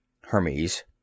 Hermes